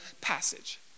passage